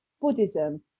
Buddhism